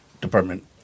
department